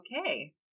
okay